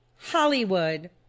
Hollywood